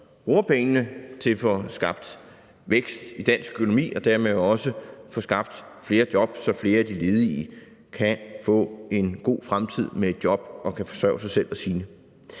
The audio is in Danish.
bruger pengene til at få skabt vækst i dansk økonomi og dermed også få skabt flere jobs, så flere af de ledige kan få en god fremtid med et job og kan forsørge sig selv og sine.